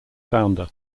founder